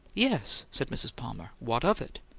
yes, said mrs. palmer. what of it?